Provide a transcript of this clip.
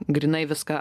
grynai viską